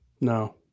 No